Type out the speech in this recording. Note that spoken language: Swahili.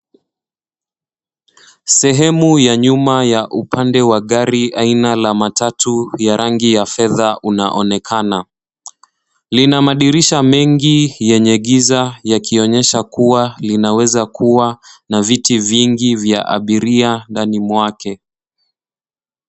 Sehemu ya nyuma ya upande wa gari aina la matatu ya rangi ya fedha unaonekana lina madirisha mengi yenye giza yakionyesha kuwa linaweza kuwa na viti vingi vya abiria ndani mwake.